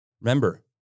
remember